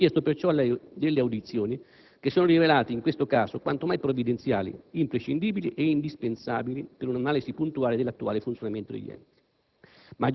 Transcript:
Abbiamo chiesto perciò delle audizioni che si sono rivelate, in questo caso, quanto mai provvidenziali, imprescindibili ed indispensabili per un'analisi puntuale dell'attuale funzionamento degli enti.